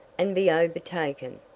and be overtaken?